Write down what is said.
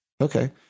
Okay